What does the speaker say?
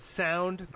sound